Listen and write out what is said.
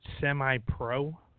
semi-pro